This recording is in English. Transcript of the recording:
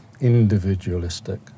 individualistic